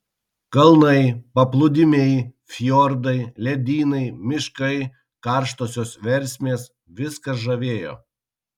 kalnai paplūdimiai fjordai ledynai miškai karštosios versmės viskas žavėjo